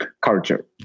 culture